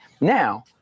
Now